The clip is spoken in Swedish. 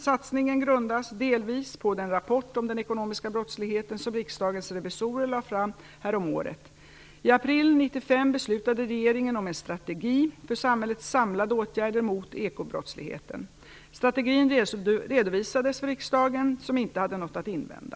Satsningen grundas delvis på den rapport om den ekonomiska brottsligheten som Riksdagens revisorer lade fram häromåret. I april 1995 beslutade regeringen om en strategi för samhällets samlade åtgärder mot ekobrottsligheten. Strategin redovisades för riksdagen, som inte hade något att invända (skr.